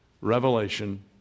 Revelation